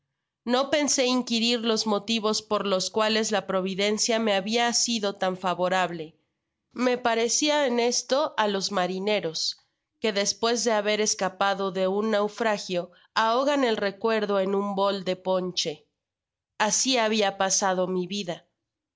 no pensé inquirir los motivos por los cuales la providencia me habia sido tan favorable me parecia en esto á los marineros que despues de haber escapado de un naufragio ahogan el recuerdo en un bol de ponche asi habia pasado mi vida